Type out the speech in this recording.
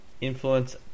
influence